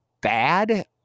bad